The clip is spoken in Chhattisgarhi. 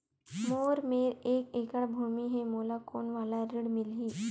मोर मेर एक एकड़ भुमि हे मोला कोन वाला ऋण मिलही?